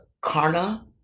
Karna